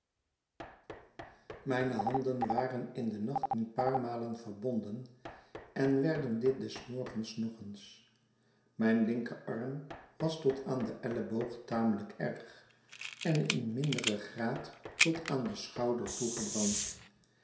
mijne handen waren in den nacht een paar malen verbonden en werden dit des morgens nog eens mijn linkerarm was tot aan den elleboog tameujk erg en in minderen graad tot aan den schouder